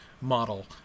model